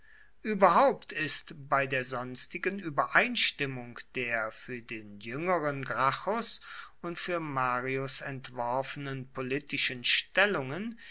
überhaupt ist bei der sonstigen übereinstimmung der für den jüngeren gracchus und für marius entworfenen politischen stellungen